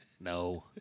No